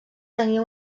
tenia